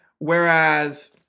Whereas